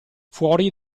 fuori